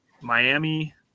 Miami